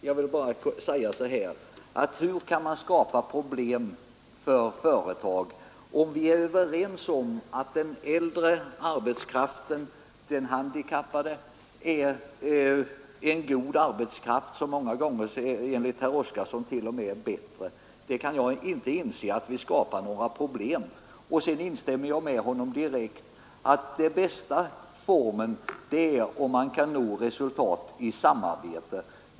Herr talman! Hur kan vi skapa problem för företag, om vi är överens om att den äldre arbetskraften och de handikappade är en god arbetskraft — enligt herr Oskarson många gånger t.o.m. en bättre arbetskraft? Det kan jag inte inse. Jag instämmer helt med herr Oskarsson om att det bästa är om vi kan nå resultat genom samarbete.